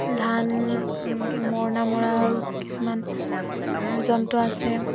ধান মৰণা মৰাৰো কিছুমান যন্ত্ৰ আছে